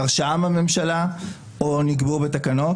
בהרשאה מהממשלה או נקבעו בתקנות.